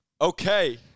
Okay